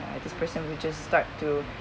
this person will just start to